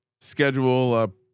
schedule